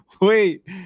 wait